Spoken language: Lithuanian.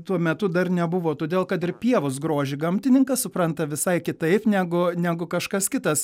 tuo metu dar nebuvo todėl kad ir pievos grožį gamtininkas supranta visai kitaip negu negu kažkas kitas